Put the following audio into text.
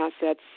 assets